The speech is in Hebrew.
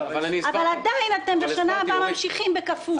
אבל עדיין בשנה הבאה אתם ממשיכים בסכום כפול.